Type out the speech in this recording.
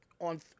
on